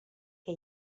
que